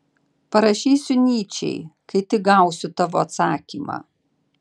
parašysiu nyčei kai tik gausiu tavo atsakymą